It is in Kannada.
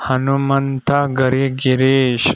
ಹನುಮಂತ ಗರಿ ಗಿರೀಶ್